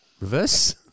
reverse